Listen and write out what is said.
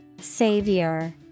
Savior